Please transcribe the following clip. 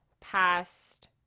past